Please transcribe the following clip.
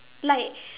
like